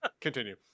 Continue